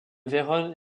vérone